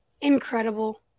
incredible